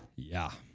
yeah.